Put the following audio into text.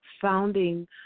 founding